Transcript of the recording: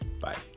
Bye